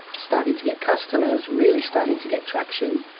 starting to get customers, really starting to get traction,